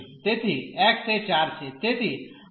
તેથી x એ 4 છે